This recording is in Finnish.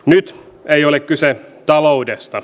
nyt ei ole kyse taloudesta